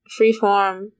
Freeform